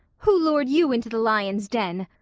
who lured you into the lion's den?